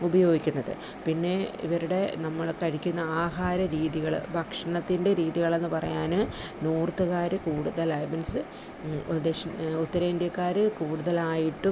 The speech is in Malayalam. ഉപയോഗിക്കുന്നത് പിന്നെ ഇവരുടെ നമ്മൾ കഴിക്കുന്ന ആഹാര രീതികൾ ഭക്ഷണത്തിൻ്റെ രീതികളെന്ന് പറയാൻ നോർത്ത്കാർ കൂടുതലായി മീൻസ് ദക്ഷി ഉത്തരേന്ത്യക്കാർ കൂടുതലായിട്ടും